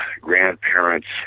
Grandparents